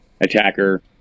attacker